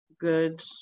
good